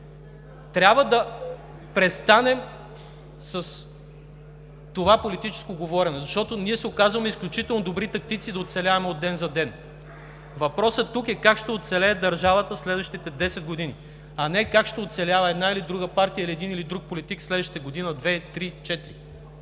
Трябва да престанем с това политическо говорене, защото ние се оказваме изключително добри тактици да оцеляваме ден за ден. Въпросът тук е: как ще оцелее държавата в следващите 10 години, а не как ще оцелява една или друга партия или един или друг политик в следващите година, две,